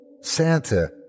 Santa